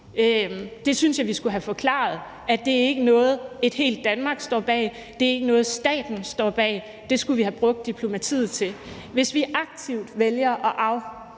Der synes jeg, vi skulle have forklaret, at det ikke er noget, et helt Danmark står bag, og at det ikke er noget, staten står bag. Det skulle vi have brugt diplomatiet til. Hvis vi aktivt vælger at opløse